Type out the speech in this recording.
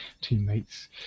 Teammates